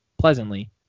pleasantly